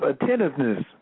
attentiveness